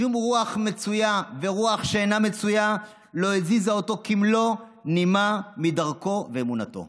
שום רוח מצויה ורוח שאינה מצוי לא הזיזה אותו כמלוא נימה מדרכו ואמונתו.